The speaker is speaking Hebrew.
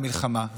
במלחמה,